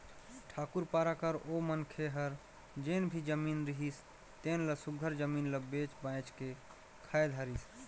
ठाकुर पारा कर ओ मनखे हर जेन भी जमीन रिहिस तेन ल सुग्घर जमीन ल बेंच बाएंच के खाए धारिस